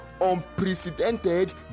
unprecedented